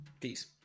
peace